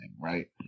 right